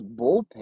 bullpen